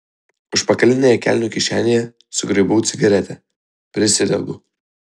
užpakalinėje kelnių kišenėje sugraibau cigaretę prisidegu